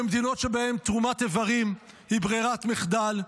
במדינות שבהן תרומת איברים היא ברירת מחדל,